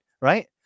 right